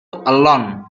alone